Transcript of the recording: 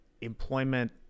employment